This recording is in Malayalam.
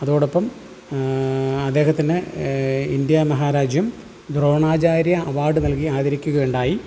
അതോടൊപ്പം അദ്ദേഹത്തിന് ഇന്ത്യാ മഹാരാജ്യം ദ്രോണാചാര്യ അവാർഡ് നൽകി ആദരിക്കുകയുണ്ടായി